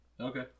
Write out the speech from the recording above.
Okay